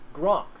Gronk